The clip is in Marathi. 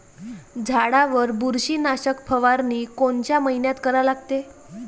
झाडावर बुरशीनाशक फवारनी कोनच्या मइन्यात करा लागते?